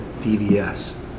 DVS